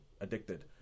addicted